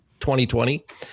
2020